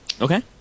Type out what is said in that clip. Okay